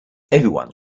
everyone